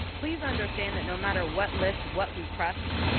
please understand that no matter what list, what we crust,